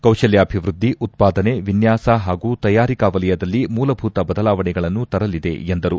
ಕೌಶಲ್ಯಾಭಿವೃದ್ಧಿ ಉತ್ಪಾದನೆ ವಿನ್ಯಾಸ ಹಾಗೂ ತಯಾರಿಕಾ ವಲಯದಲ್ಲಿ ಮೂಲಭೂತ ಬದಲಾವಣೆಗಳನ್ನು ತರಲಿದೆ ಎಂದರು